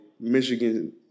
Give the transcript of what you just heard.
Michigan